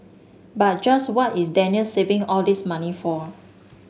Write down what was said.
but just what is Daniel saving all this money for